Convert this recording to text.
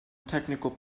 technical